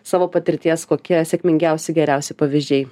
savo patirties kokie sėkmingiausi geriausi pavyzdžiai